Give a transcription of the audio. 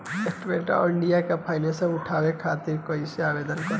Stand up India के फाइदा उठाओ खातिर कईसे आवेदन करेम?